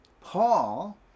Paul